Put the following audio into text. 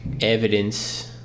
Evidence